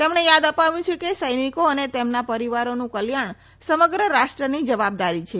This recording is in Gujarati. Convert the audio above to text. તેમણે યાદ અપાવ્યું કે સૈનિકો અને તેમના પરીવારોનું કલ્યાણ સમગ્ર રાષ્ટ્રની જવાબદારી છે